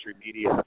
Media